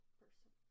person